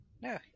No